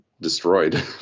destroyed